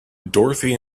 dorothy